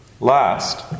Last